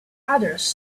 others